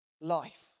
life